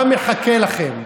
מה מחכה לכם?